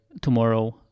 tomorrow